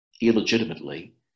illegitimately